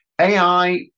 AI